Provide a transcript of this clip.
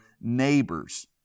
neighbors